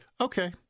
okay